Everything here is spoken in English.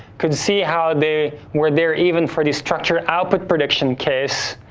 could see how they were there even for these structured output prediction case,